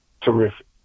terrific